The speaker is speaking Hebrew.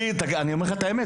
אני אומר לך את האמת.